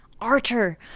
Archer